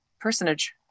Personage